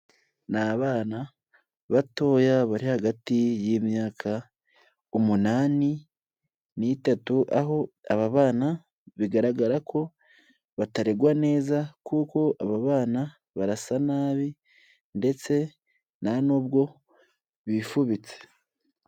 Ni abana batoya bari hagati y'imyaka umunani n'itatu, aho aba bana bigaragara ko bataregwa neza kuko aba bana barasa nabi ndetse nta nubwo bifubitse.